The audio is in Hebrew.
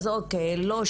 אז לא שלוש,